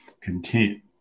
content